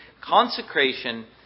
consecration